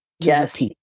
Yes